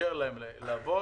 סלאנים (ע"ר)